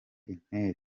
intere